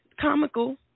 comical